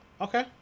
okay